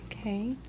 okay